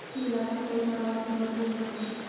ई इलाकात कई प्रवासी मजदूर रहछेक